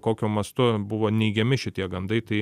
kokiu mastu buvo neigiami šitie gandai tai